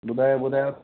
ॿुधायो ॿुधायो